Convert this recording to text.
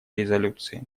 резолюции